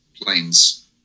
planes